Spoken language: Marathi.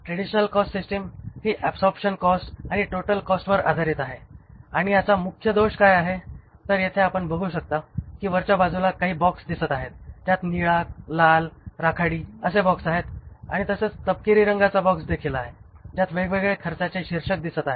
ट्रेडिशनल कॉस्ट सिस्टिम ही ऍबसॉरबशन कॉस्ट आणि टोटल कॉस्टवर आधारित आहे आणि याचा मुख्य दोष काय आहे तर येथे आपण बघू शकता कि वरच्या बाजूला काही बॉक्स दिसत आहेत ज्यात निळा लाल राखाडी असे बॉक्स आहेत आणि तसेच तपकिरी रंगाचा बॉक्स देखील आहे ज्यात वेगवेगळे खर्चाचे शीर्षक दिसत आहेत